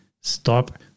stop